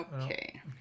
okay